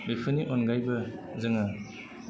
बेफोरनि अनगायैबो जोङो